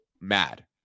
mad